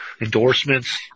endorsements